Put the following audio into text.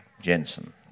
Jensen